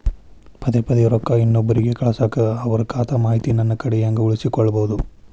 ಪದೆ ಪದೇ ರೊಕ್ಕ ಇನ್ನೊಬ್ರಿಗೆ ಕಳಸಾಕ್ ಅವರ ಖಾತಾ ಮಾಹಿತಿ ನನ್ನ ಕಡೆ ಹೆಂಗ್ ಉಳಿಸಿಕೊಳ್ಳೋದು?